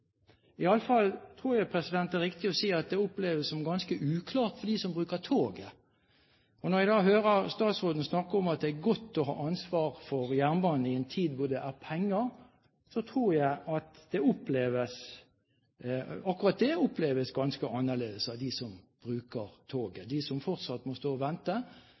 tror jeg det er riktig å si at det oppleves som ganske uklart for dem som bruker toget. Når jeg da hører statsråden snakke om at det er godt å ha ansvar for jernbanen i en tid hvor det er penger, tror jeg akkurat det oppleves ganske annerledes av dem som bruker toget, de som fortsatt må stå og vente,